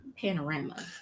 panorama